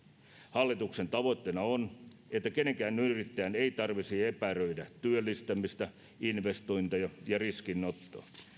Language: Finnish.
hallituksen tavoitteena on että kenenkään yrittäjän ei tarvitsisi epäröidä työllistämistä investointeja ja riskinottoa